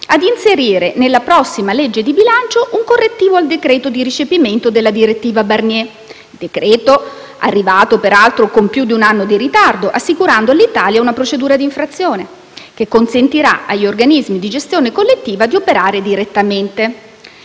ad inserire nella prossima legge di bilancio un correttivo al decreto di recepimento della direttiva Barnier (decreto arrivato, peraltro, con più di un anno di ritardo, assicurando all'Italia una procedura di infrazione) che consentirà agli organismi di gestione collettiva di operare direttamente.